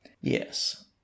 Yes